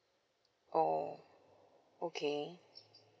oh okay